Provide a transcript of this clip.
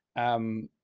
um,